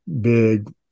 big